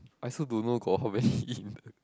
I also don't know got how many in